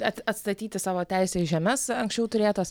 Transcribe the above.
at atstatyti savo teisę į žemes anksčiau turėtas